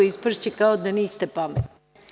Ispašće kao da niste pametni.